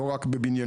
לא רק בבניינים.